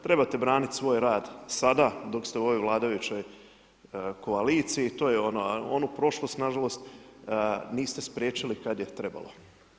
Trebate braniti svoj rad sada dok ste u vladajućoj koaliciji i to je ono, a onu prošlost, nažalost, niste spriječili kada je trebalo.